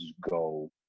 go